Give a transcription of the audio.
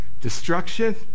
Destruction